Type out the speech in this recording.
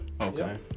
Okay